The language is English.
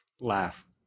Laugh